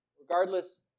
regardless